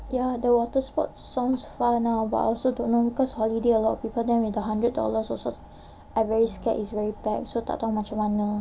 ya the water sports sounds fun ah but I also don't know because holiday a lot of people but then we got the hundred dollars also I very scared it's very packed so tak tahu macam mana